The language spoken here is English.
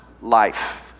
life